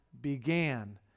began